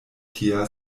tia